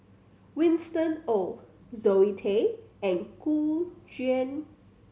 Winston Oh Zoe Tay and Gu Juan